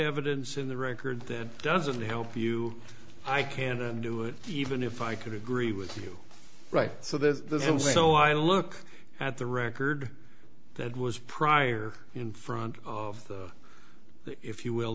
evidence in the record that doesn't help you i can't undo it even if i could agree with you right so there's and so i look at the record that was prior in front of the if you will